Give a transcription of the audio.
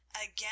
again